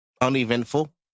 uneventful